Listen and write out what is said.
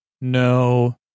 No